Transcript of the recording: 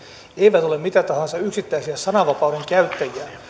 eivät ole mitä tahansa yksittäisiä sananvapauden käyttäjiä